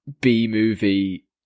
B-movie